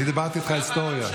אני דיברתי איתך היסטוריה.